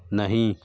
नहीं